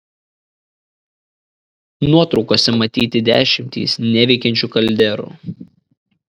nuotraukose matyti dešimtys neveikiančių kalderų